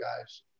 guys